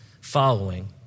following